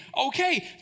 Okay